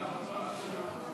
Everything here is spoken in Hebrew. מסי העירייה ומסי הממשלה (פטורין) (מס'